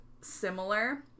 similar